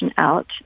out